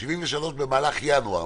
73 קנסות במהלך חודש ינואר.